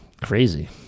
crazy